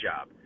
job